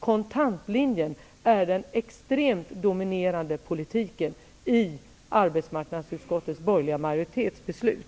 Kontantlinjen är det extremt dominerande i besluten av arbetsmarknadsutskottets borgerliga majoritet.